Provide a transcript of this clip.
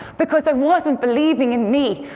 because i wasn't believing in me,